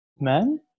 men